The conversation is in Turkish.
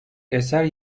eser